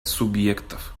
субъектов